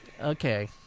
Okay